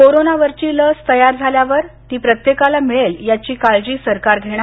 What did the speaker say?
कोरोनावरील लस तयार झाल्यावर ती प्रत्येकाला मिळेल याची काळजी सरकार घेणार